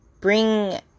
bring